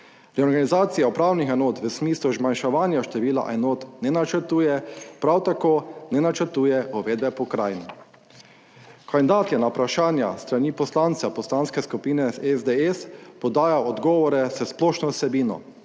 Reorganizacije upravnih enot v smislu zmanjševanja števila enot ne načrtuje, prav tako ne načrtuje uvedbe pokrajin. Kandidat je na vprašanja s strani poslancev Poslanske skupine SDS podajal odgovore s splošno vsebino